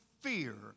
fear